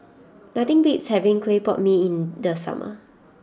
nothing beats having Clay Pot Mee in the summer